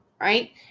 right